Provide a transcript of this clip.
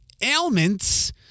ailments